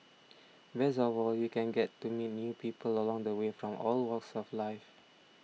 best of all you can get to meet new people along the way from all walks of life